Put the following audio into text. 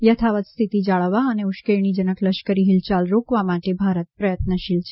યથાવત સ્થિતિ જાળવવા અને ઉશ્કેરણીજનક લશ્કરી હિલચાલ રોકવા માટે ભારત પ્રયત્નશીલ છે